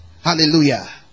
hallelujah